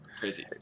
crazy